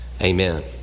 Amen